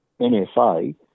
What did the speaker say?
NFA